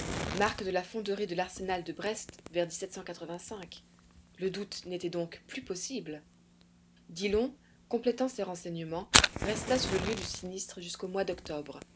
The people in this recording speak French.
marque de la fonderie de l'arsenal de brest vers le doute n'était donc plus possible dillon complétant ses renseignements resta sur le lieu du sinistre jusqu'au mois d'octobre